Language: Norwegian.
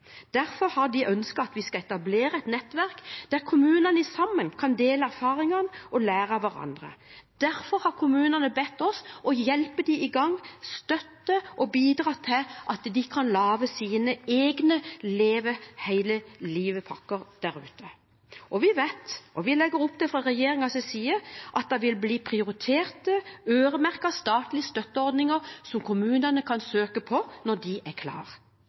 Derfor har de ønsket at vi skal etablere et nettverk der kommunene sammen kan dele erfaringer og lære av hverandre. Derfor har kommunene bedt oss hjelpe dem i gang, støtte dem og bidra til at de kan lage sine egne Leve hele livet-pakker. Vi vet – og vi legger opp til fra regjeringens side – at det vil bli prioriterte, øremerkede statlige støtteordninger som kommunene kan søke på når de er